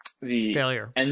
failure